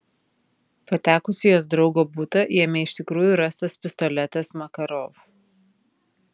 patekus į jos draugo butą jame iš tikrųjų rastas pistoletas makarov